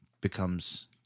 becomes